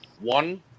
One